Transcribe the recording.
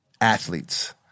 athletes